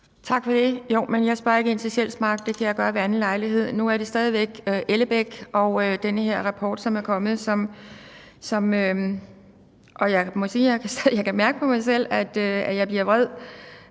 (DF): Jo, men jeg spørger ikke ind til Sjælsmark – det kan jeg gøre ved anden lejlighed. Nu drejer det sig stadig væk om Ellebæk og den her rapport, som er kommet. Jeg må sige, at jeg kan mærke på mig selv, at jeg bliver vred,